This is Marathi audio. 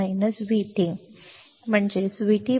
Then I have VT 1